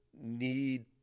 need